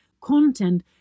content